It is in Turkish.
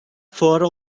fuara